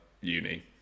uni